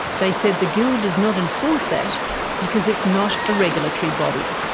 they said the guild does not enforce that because it's not a regulatory body.